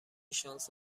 شانس